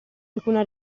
alcuna